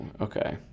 okay